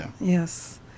yes